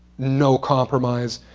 no compromise,